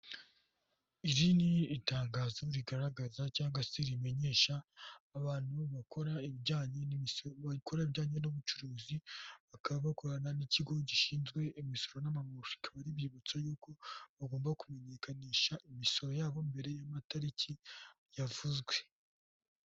Iri ni itangazo rigaragaza cyangwa se rimenyesha abantu bakora ibijyanye n'ubucuruzi bakaba bakorana n'ikigo gishinzwe imisoro n'amahoro rikaba ribibutsa yuko bagomba kumenyekanisha imisoro yabo mbere y'amatariki yavuzwe.